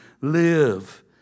live